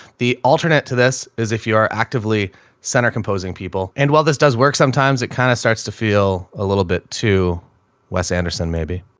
the alternate to this is if you are actively center composing people, and while this does work, sometimes it kind of starts to feel a little bit to west anderson. maybe